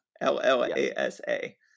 L-L-A-S-A